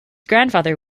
grandfather